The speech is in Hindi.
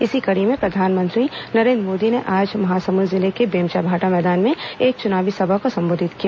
इसी कड़ी में प्रधानमंत्री नरेन्द्र मोदी ने आज महासमुंद जिले के बेमचाभाटा मैदान में एक चुनावी सभा को संबोधित किया